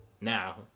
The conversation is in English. Now